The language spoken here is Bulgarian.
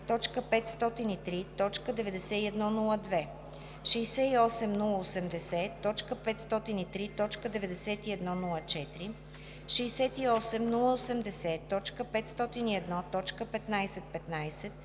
680280.503.9102, 68080.503.9104, 68080.501.1515,